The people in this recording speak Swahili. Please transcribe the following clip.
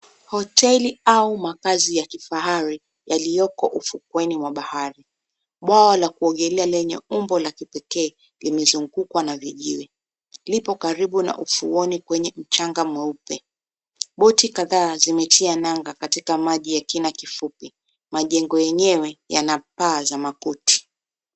Hoteli au makazi ya kifahari yaliyoko ufukweni mwa bahari. Bwawa la kuogelea lenye umbo la kipekee, limezungukwa na vijiwe. Lipo karibu na ufuoni kwenye mchanga mweupe. Boti kadhaa zimetia nanga katika maji ya kina kifupi. Majengo yenyewe yana paa za makuti.